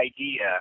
idea